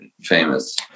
famous